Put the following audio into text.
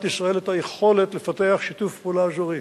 ישראל את היכולת לפתח שיתוף פעולה אזורי